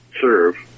serve